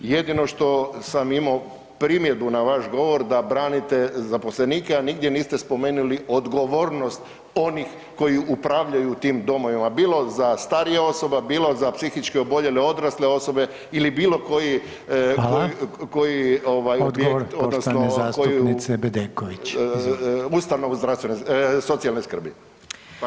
Jedino što sam imo primjedbu na vaš govor da branite zaposlenike, a nigdje niste spomenuli odgovornost onih koji upravljaju tim domovima, bilo za starije osobe, bilo za psihički oboljele odrasle osobe ili bilo koji [[Upadica: Hvala]] koji ovaj objekt odnosno koju ustanovu zdravstvene, socijalne skrbi, pardon.